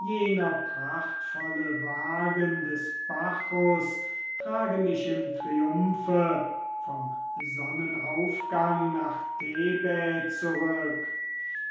jener prachtvolle wagen des bacchus trage mich im triumphe vom sonnenaufgang nach thebä